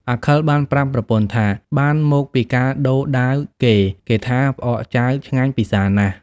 អាខិលបានប្រាប់ប្រពន្ធថាបានមកពីការដូរដាវគេៗថាផ្អកចាវឆ្ងាញ់ពិសារណាស់។